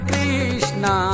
Krishna